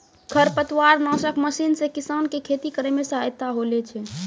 खरपतवार नासक मशीन से किसान के खेती करै मे सहायता होलै छै